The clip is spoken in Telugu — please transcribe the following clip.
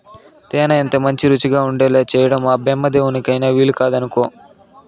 తేనె ఎంతమంచి రుచిగా ఉండేలా చేయడం ఆ బెమ్మదేవుడికైన వీలుకాదనుకో